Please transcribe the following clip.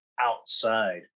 outside